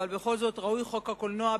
אבל בכל זאת ראוי חוק הקולנוע,